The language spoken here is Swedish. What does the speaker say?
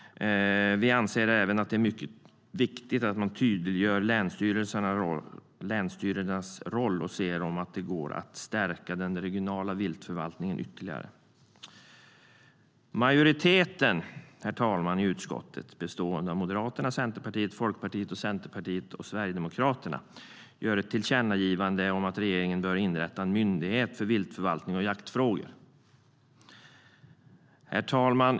Vi anser att det dessutom är mycket viktigt att tydliggöra länsstyrelsernas roll och se om det går att stärka den regionala viltförvaltningen ytterligare. Herr talman!